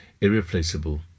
irreplaceable